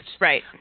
Right